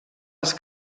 als